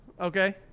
Okay